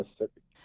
Mississippi